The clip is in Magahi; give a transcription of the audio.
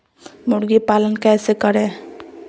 मुर्गी पालन कैसे करें?